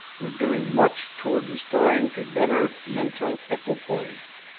were doing much towards restoring a better mental equipoise.